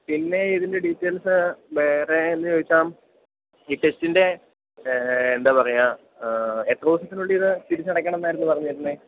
പിന്നെ ഇതിൻ്റെ ഡീറ്റെയിൽസ് വേറെ എന്ന് ചോദിച്ചാൽ ഈ ടെക്സ്റ്റിൻ്റെ എന്താ പറയുക എത്ര ദിവസത്തിനുള്ളിൽ ഇത് തിരിച്ചടയ്ക്കണം എന്നായിരുന്നു പറഞ്ഞിരുന്നത്